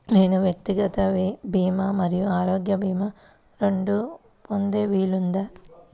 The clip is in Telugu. నేను వ్యక్తిగత భీమా మరియు ఆరోగ్య భీమా రెండు పొందే వీలుందా?